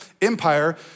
empire